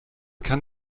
kann